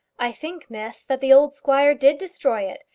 i think, miss, that the old squire did destroy it.